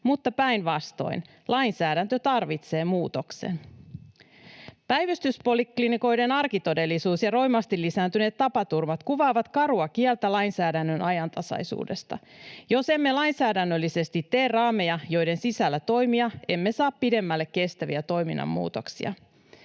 Mutta päinvastoin, lainsäädäntö tarvitsee muutoksen. Päivystyspoliklinikoiden arkitodellisuus ja roimasti lisääntyneet tapaturmat puhuvat karua kieltä lainsäädännön ajantasaisuudesta. Jos emme lainsäädännöllisesti tee raameja, joiden sisällä toimia, emme saa pidemmälle kestäviä toiminnan muutoksia.